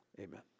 Amen